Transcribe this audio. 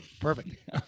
Perfect